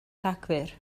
rhagfyr